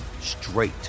straight